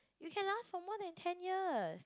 it can last for more than ten years